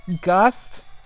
Gust